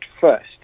first